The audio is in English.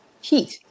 heat